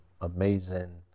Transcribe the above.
amazing